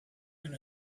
and